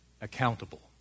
accountable